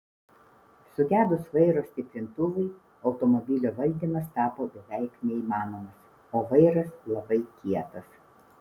sugedus vairo stiprintuvui automobilio valdymas tapo beveik neįmanomas o vairas labai kietas